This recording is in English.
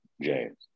james